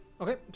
Okay